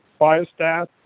biostat